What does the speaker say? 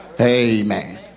Amen